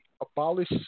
abolish